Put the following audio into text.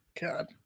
God